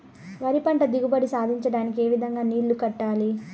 వరి పంట దిగుబడి సాధించడానికి, ఏ విధంగా నీళ్లు కట్టాలి?